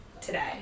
today